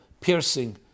piercing